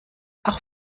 auch